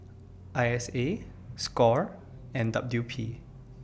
I S A SCORE and W P